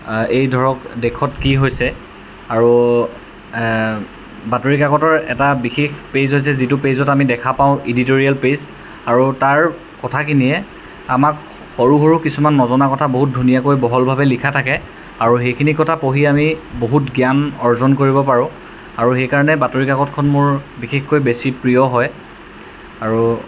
এই ধৰক দেশত কি হৈছে আৰু বাতৰিকাকতৰ এটা বিশেষ পেজ হৈছে যিটো পেজত আমি দেখা পাওঁ ইডিটৰিয়েল পেজ আৰু তাৰ কথাখিনিয়ে আমাক সৰু সৰু কিছুমান নজনা কথা বহুত ধুনীয়াকৈ বহলভাৱে লিখা থাকে আৰু সেইখিনি কথা পঢ়ি আমি বহুত জ্ঞান অৰ্জন কৰিব পাৰোঁ আৰু সেইকাৰণে বাতৰিকাকতখন মোৰ বিশেষকৈ বেছি প্ৰিয় হয় আৰু